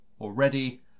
already